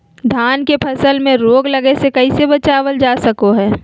धान के फसल में रोग लगे से कैसे बचाबल जा सको हय?